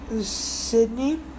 Sydney